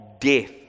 death